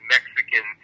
Mexican